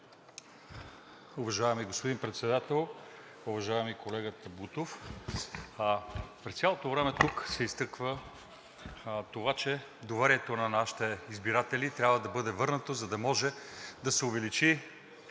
Уважаеми господин Председател! Уважаеми колега Табутов, през цялото време тук се изтъква това, че доверието на нашите избиратели трябва да бъде върнато, за да може да се увеличи